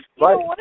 right